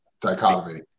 dichotomy